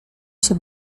się